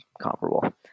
comparable